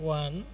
one